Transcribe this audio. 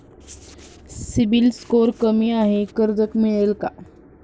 CIBIL score कमी आहे कर्ज मिळेल का?